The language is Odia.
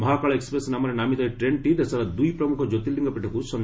ମହାକାଳ ଏକୁପ୍ରେସ୍ ନାମରେ ନାମିତ ଏହି ଟ୍ରେନ୍ଟି ଦେଶର ଦୁଇ ପ୍ରମୁଖ ଜ୍ୟୋତିର୍ଲିଙ୍ଗ ପୀଠକୁ ସଂଯୋଗ କରିବ